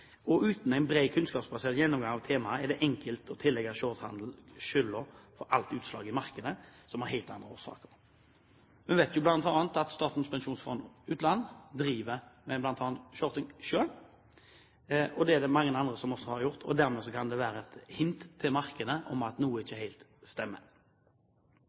og uten en bred kunnskapsbasert gjennomgang av temaet er det enkelt å tillegge shorthandelen skylden for utslag i markedet som har helt andre årsaker. Vi vet bl.a. at Statens pensjonsfond utland driver med bl.a. shorting selv, og det er det mange andre som også har gjort. Dermed kan det være et hint til markedet om at noe ikke helt stemmer.